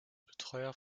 betreuer